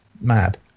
mad